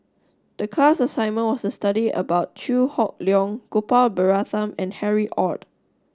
the class assignment was to study about Chew Hock Leong Gopal Baratham and Harry Ord